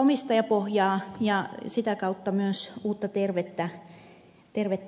omistajapohjaa ja sitä kautta myös uutta tervettä kilpailua